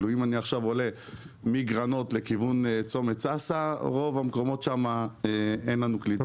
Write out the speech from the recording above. אם אני עולה מגרנות לכיוון צומת סאסא ברוב המקומות שם אין קליטה.